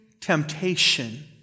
temptation